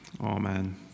amen